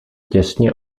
těsně